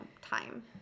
time